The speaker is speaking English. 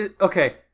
Okay